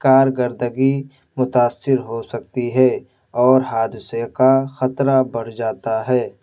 کارکردگی متاثر ہو سکتی ہے اور حادثے کا خطرہ بڑھ جاتا ہے